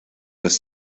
los